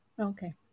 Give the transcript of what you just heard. okay